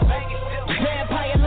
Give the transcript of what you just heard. Vampire